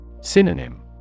Synonym